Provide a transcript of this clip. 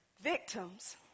victims